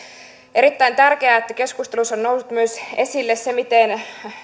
erittäin tärkeää että keskustelussa on noussut esille myös se miten